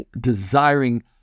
desiring